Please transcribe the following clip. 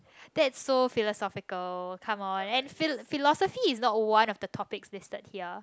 that's so philosophical come on and philosophy is not one of the topic listed one